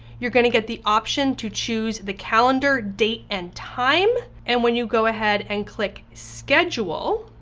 you're gonna get the option to choose the calendar date and time, and when you go ahead and click schedule,